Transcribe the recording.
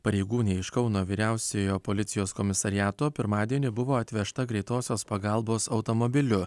pareigūnė iš kauno vyriausiojo policijos komisariato pirmadienį buvo atvežta greitosios pagalbos automobiliu